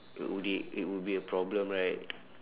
it would it it would be a problem right